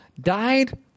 Died